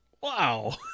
wow